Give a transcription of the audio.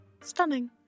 stunning